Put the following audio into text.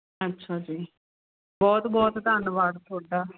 ਅੱਛਾ ਜੀ ਬਹੁਤ ਬਹੁਤ ਧੰਨਵਾਦ ਤੁਹਾਡਾ